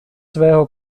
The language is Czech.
svého